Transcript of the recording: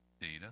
data